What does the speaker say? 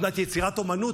עוד מעט יצירת אומנות.